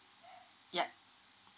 ya